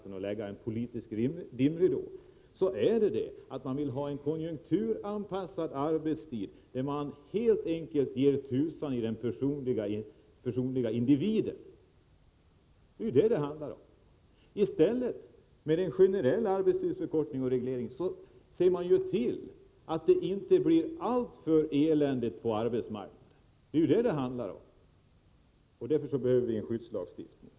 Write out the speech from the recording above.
Man försöker lägga ut en politisk dimridå. Målet är en konjunkturanpassad arbetstid, där man helt enkelt ger tusan i de enskilda individerna. Det är vad det handlar om. Med en generell arbetstidsförkortning och reglering kan vi i stället se till att förhållandena på arbetsmarknaden inte blir alltför eländiga. Därför behövs en skyddslagstiftning.